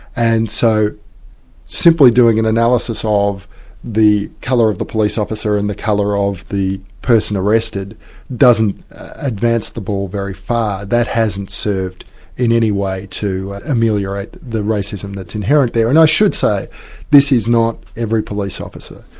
and so simply doing an analysis ah of the colour of the police officer and the colour of the person arrested doesn't advance the ball very far. that hasn't served in any way to ameliorate the racism that's inherent there. and i should say this is not every police officer.